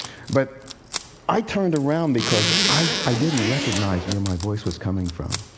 but i turned around because i didn't recognize where my voice was coming from.